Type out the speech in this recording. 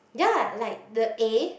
ya like the A